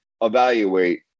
evaluate